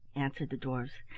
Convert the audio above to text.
answered the dwarfs,